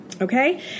Okay